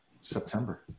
September